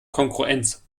kongruenz